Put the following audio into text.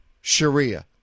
Sharia